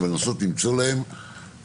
אבל לנסות למצוא להם סיסטם,